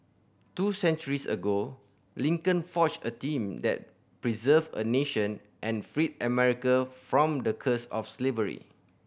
two centuries ago Lincoln forged a team that preserved a nation and freed America from the curse of slavery